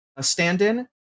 stand-in